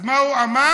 אז מה הוא אמר?